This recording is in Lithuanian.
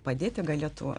padėti galėtų